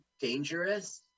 dangerous